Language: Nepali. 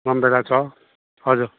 मन्दागा छ हजुर